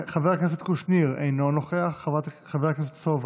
חבר הכנסת קושניר, אינו נוכח, חבר הכנסת סובה,